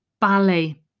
ballet